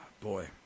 Boy